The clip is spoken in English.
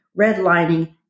redlining